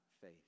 faith